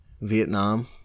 Vietnam